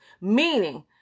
Meaning